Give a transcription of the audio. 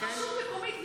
רשות מקומית,